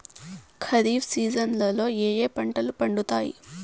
ఖరీఫ్ సీజన్లలో ఏ ఏ పంటలు పండుతాయి